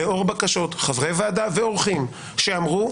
לאור בקשות חברי ועדה ואורחים שאמרו,